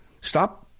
Stop